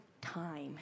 time